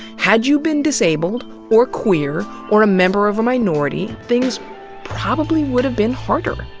had you been disabled or queer or a member of a minority, things probably would have been harder.